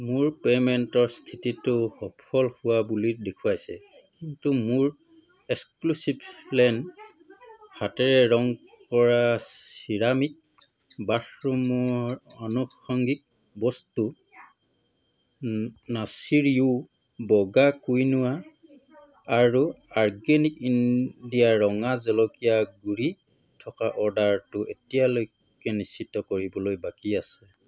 মোৰ পে'মেণ্টৰ স্থিতিটো সফল হোৱা বুলি দেখুৱাইছে কিন্তু মোৰ এক্সক্লুচিভলেন হাতেৰে ৰং কৰা চিৰামিক বাথৰুমৰ আনুষংগিক বস্তু নাৰিছ য়ু বগা কুইনোৱা আৰু অৰ্গেনিক ইণ্ডিয়া ৰঙা জলকীয়া গুড়ি থকা অৰ্ডাৰটো এতিয়ালৈকে নিশ্চিত কৰিবলৈ বাকী আছে